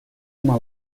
uma